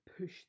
push